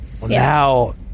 Now